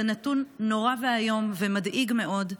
זה נתון נורא ואיום ומדאיג מאוד.